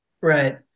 Right